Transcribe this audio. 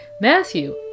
Matthew